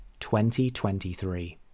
2023